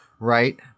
Right